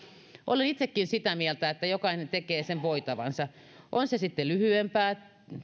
olen itsekin sitä mieltä että jokainen tekee sen voitavansa on se sitten lyhyempää